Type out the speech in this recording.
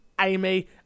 Amy